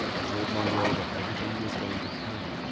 he told monroe that everything was going to plan,